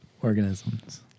organisms